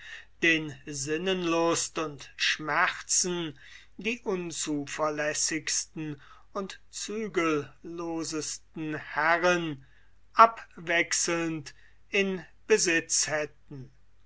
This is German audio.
den sinnenlust und schmerzen die unzuverlässigsten und zügellosesten herren abwechselnd in besitz hätten